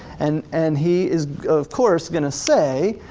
and and he is of course gonna say,